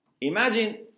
Imagine